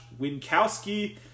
winkowski